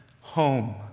home